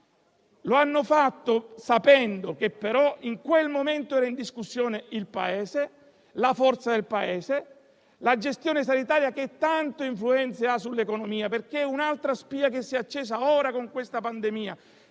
Lo hanno fatto sapendo che in quel momento era in discussione il Paese, la forza del Paese e la gestione sanitaria che tanta influenza ha sull'economia, perché è un'altra spia che s'è accesa ora con la pandemia: